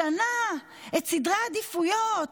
משנה את סדרי העדיפויות,